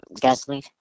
gasoline